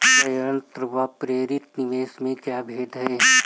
स्वायत्त व प्रेरित निवेश में क्या भेद है?